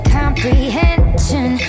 comprehension